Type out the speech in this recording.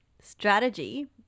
strategy